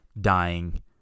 dying